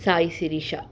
सायिसिरीशा